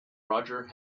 roger